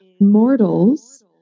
mortals